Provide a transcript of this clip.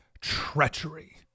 treachery